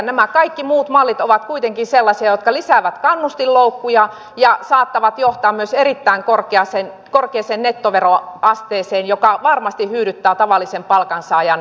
nämä kaikki muut mallit ovat kuitenkin sellaisia jotka lisäävät kannustinloukkuja ja saattavat johtaa myös erittäin korkeaan nettoveroasteeseen joka varmasti hyydyttää tavallisen palkansaajan ostovoimaa